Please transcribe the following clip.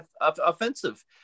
offensive